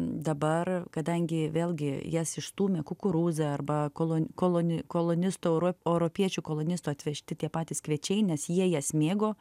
dabar kadangi vėlgi jas išstūmė kukurūzai arba kolo koloni kolonistų euro europiečių kolonistų atvežti tie patys kviečiai nes jie jas mėgo